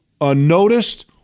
unnoticed